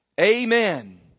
Amen